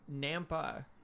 nampa